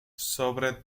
sobre